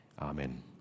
amen